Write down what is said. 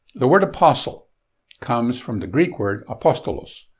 the word apostle comes from the greek word apostolos,